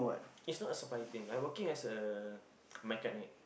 is not a supplier team I working as a mechanic